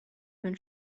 when